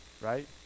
Right